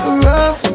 rough